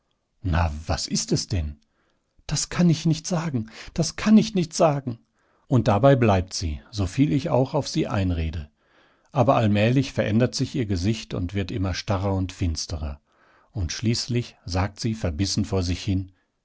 na was ist es denn das kann ich nicht sagen das kann ich nicht sagen und dabei bleibt sie soviel ich auch auf sie einrede aber allmählich verändert sich ihr gesicht und wird immer starrer und finsterer und schließlich sagt sie verbissen vor sich hin